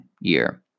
year